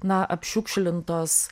na apšiukšlintos